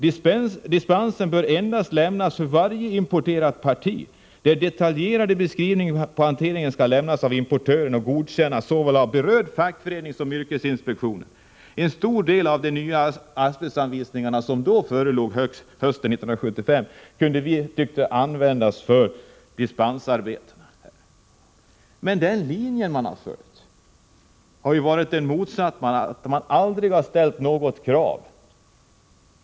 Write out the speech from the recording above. Dispensen bör endast ges för varje importerat parti, där detaljerad beskrivning på hanteringen skall lämnas av importören och godkännas såväl av berörd fackförening som av yrkesinspektionen. En stor del av de nya asbestanvisningar som förelåg hösten 1975 kunde — tyckte vi — användas för dispensarbetena. Men den linje man har haft förut har inneburit det motsatta, att man aldrig ställt något krav.